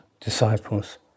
disciples